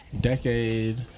decade